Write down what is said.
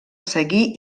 seguir